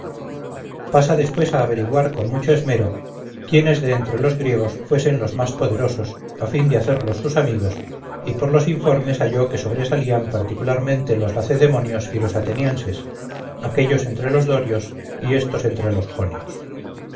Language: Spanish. pasa después a averiguar con mucho esmero quiénes de entre los griegos fuesen los mas poderosos a fin de hacerlos sus amigos y por los informes halló que sobresalían particularmente los lacedemonios y los atenienses aquellos entre los dorios y estos entre los jonios